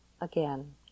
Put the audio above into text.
again